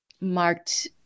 marked